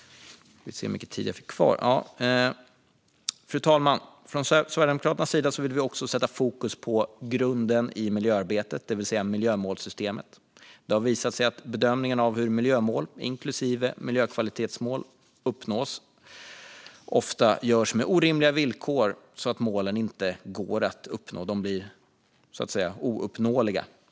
Fru talman! Sverigedemokraterna vill också sätta grunden i miljöarbetet i fokus, det vill säga miljömålssystemet. Det har visat sig att bedömningen av hur miljömål, inklusive miljökvalitetsmål, uppnås ofta görs utifrån orimliga villkor. Målen blir ouppnåeliga.